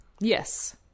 yes